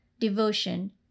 devotion